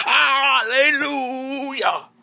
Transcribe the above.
Hallelujah